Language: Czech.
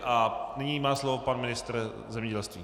A nyní má slovo pan ministr zemědělství.